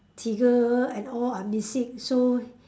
Tigger and all are missing so